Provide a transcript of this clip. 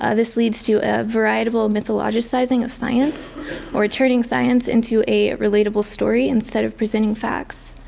ah this leads to a veritable mythologizing of science or turning science into a relatable story instead of presenting facts.